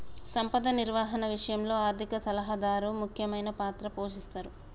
సంపద నిర్వహణ విషయంలో ఆర్థిక సలహాదారు ముఖ్యమైన పాత్ర పోషిస్తరు